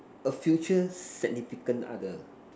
a future significant other